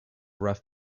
rough